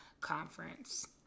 conference